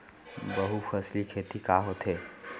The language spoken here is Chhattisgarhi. बहुफसली खेती का होथे?